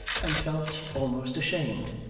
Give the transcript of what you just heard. and felt almost ashamed.